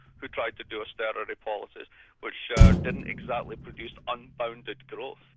who tried to do austerity policies which yeah didn't exactly produce unfounded growth.